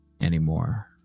anymore